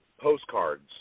Postcards